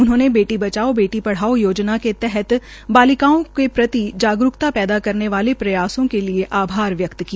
उन्होंने बेटी बचाओ बेटी पढ़ाओ योजना के तहत बालिकाओं के प्रति जागरूकता पैदा करने वालों के प्रयासों के लिये आभार व्यक्त किया